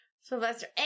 Sylvester